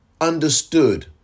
understood